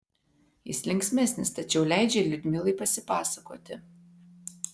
jis linksmesnis tačiau leidžia liudmilai pasipasakoti